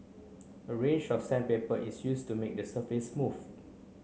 a range of sandpaper is used to make the surface smooth